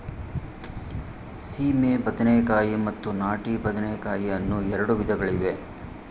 ಸೀಮೆ ಬದನೆಕಾಯಿ ಮತ್ತು ನಾಟಿ ಬದನೆಕಾಯಿ ಅನ್ನೂ ಎರಡು ವಿಧಗಳಿವೆ